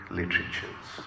literatures